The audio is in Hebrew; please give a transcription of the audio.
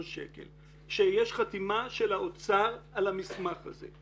שקלים ויש חתימה של האוצר על המסמך הזה.